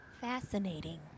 Fascinating